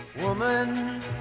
Woman